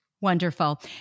Wonderful